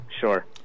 sure